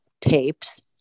tapes